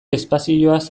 espazioaz